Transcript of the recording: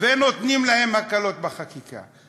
ונותנים להם הקלות בחקיקה.